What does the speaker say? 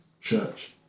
church